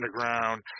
underground